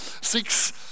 six